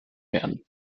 werden